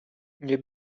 nie